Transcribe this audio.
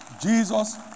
Jesus